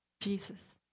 Jesus